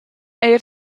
eir